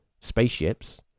spaceships